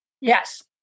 Yes